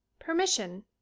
permission